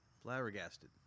flabbergasted